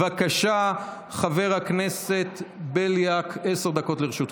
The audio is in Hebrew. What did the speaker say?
בבקשה, חבר הכנסת בליאק, עשר דקות לרשותך.